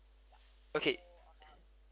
okay